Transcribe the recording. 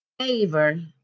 favor